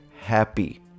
happy